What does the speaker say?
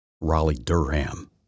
Raleigh-Durham